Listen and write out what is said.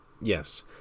Yes